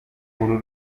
uru